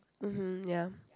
mmhmm ya